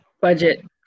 budget